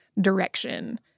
direction